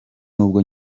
n’ubwo